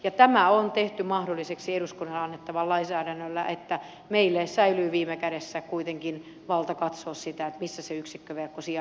ja tämä on tehty mahdolliseksi eduskunnalle annettavalla lainsäädännöllä että meillä säilyy viime kädessä kuitenkin valta katsoa sitä missä se yksikköverkko sijaitsee